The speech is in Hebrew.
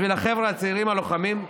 בשביל החבר'ה הצעירים, הלוחמים,